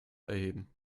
erheben